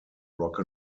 rock